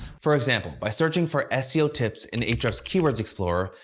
for example, by searching for seo tips in ahrefs' keywords explorer,